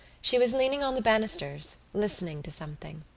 she was leaning on the banisters, listening to something.